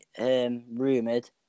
rumoured